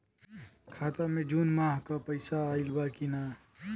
खाता मे जून माह क पैसा आईल बा की ना?